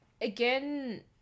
Again